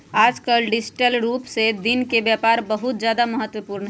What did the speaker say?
आजकल डिजिटल रूप से दिन के व्यापार बहुत ज्यादा महत्वपूर्ण हई